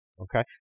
okay